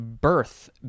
birth